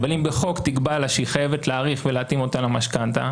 אבל בחוק תקבע לה שהיא חייבת להאריך ולהתאים אותה למשכנתה,